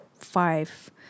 Five